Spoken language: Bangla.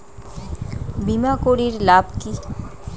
বিমা করির লাভ কি?